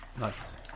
nice